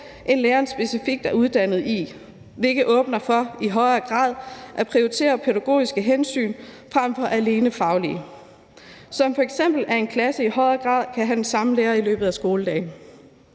end læreren specifikt er uddannet i, hvilket åbner for i højere grad at prioritere pædagogiske hensyn frem for alene faglige, f.eks. at en klasse i højere grad kan have den samme lærer i løbet af skoledagen.